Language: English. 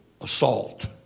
assault